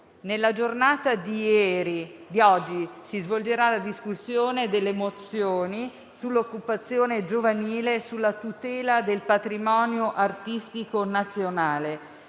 Nella giornata di oggi si svolgerà la discussione delle mozioni sull'occupazione giovanile e sulla tutela del patrimonio artistico nazionale.